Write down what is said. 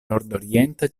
nordorienta